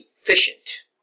efficient